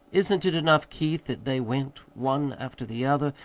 isn't it enough, keith, that they went, one after the other,